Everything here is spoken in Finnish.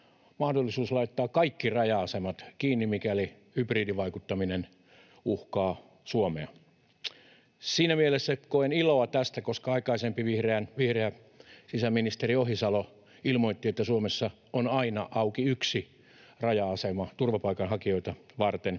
mahdollisuus laittaa kaikki raja-asemat kiinni, mikäli hybridivaikuttaminen uhkaa Suomea. Siinä mielessä koen iloa tästä, koska aikaisempi vihreä sisäministeri Ohisalo ilmoitti, että Suomessa on aina auki yksi raja-asema turvapaikanhakijoita varten.